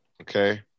Okay